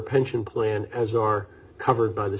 pension plan as are covered by the